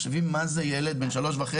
תחשבי על ילד בן 3.5,